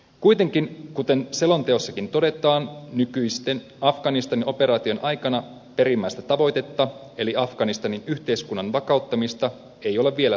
kuitenkaan kuten selonteossakin todetaan nykyisen afganistanin operaation aikana perimmäistä tavoitetta eli afganistanin yhteiskunnan vakauttamista ei ole vielä saavutettu